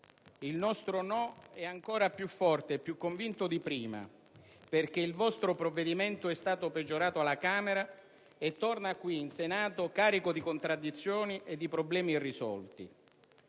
Il nostro no è ancora più forte e convinto di prima, perché il vostro provvedimento è stato peggiorato alla Camera e torna qui in Senato carico di contraddizioni e di problemi irrisolti.